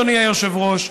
אדוני היושב-ראש,